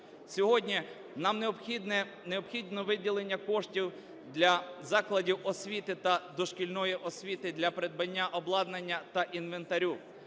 Сьогодні нам необхідне виділення коштів для закладів освіти та дошкільної освіти для придбання обладнання та інвентарю.